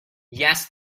yes